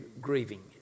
grieving